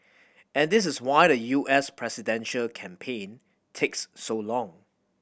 and this is why the U S presidential campaign takes so long